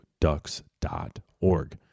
ducks.org